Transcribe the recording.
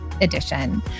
edition